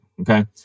okay